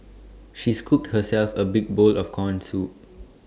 she scooped herself A big bowl of Corn Soup